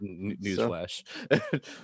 Newsflash